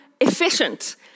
efficient